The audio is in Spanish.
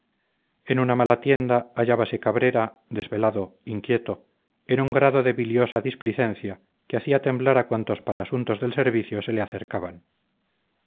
en una mala tienda hallábase cabrera desvelado inquieto en un grado de biliosa displicencia que hacía temblar a cuantos para asuntos del servicio se le acercaban